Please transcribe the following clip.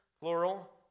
plural